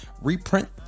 reprint